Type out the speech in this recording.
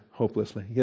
hopelessly